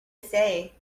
say